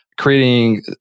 creating